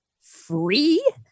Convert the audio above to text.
free